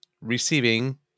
receiving